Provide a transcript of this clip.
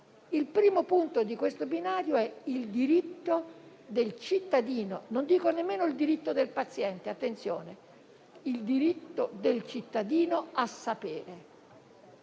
Il primo punto di questo binario è il diritto del cittadino - non dico nemmeno il diritto del paziente, attenzione - a sapere.